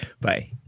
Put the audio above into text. Bye